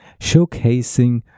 showcasing